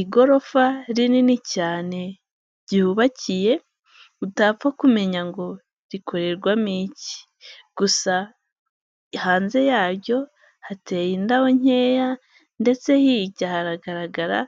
Igorofa rinini cyane ryubakiye, utapfa kumenya ngo rikorerwamo iki, gusa hanze yaryo hateye indabo nkeya ndetse hirya haragaragara